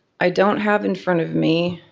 i don't have in front of me